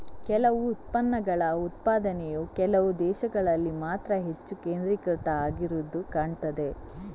ಕೆಲವು ಉತ್ಪನ್ನಗಳ ಉತ್ಪಾದನೆಯು ಕೆಲವು ದೇಶಗಳಲ್ಲಿ ಮಾತ್ರ ಹೆಚ್ಚು ಕೇಂದ್ರೀಕೃತ ಆಗಿರುದು ಕಾಣ್ತದೆ